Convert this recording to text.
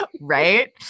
right